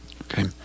okay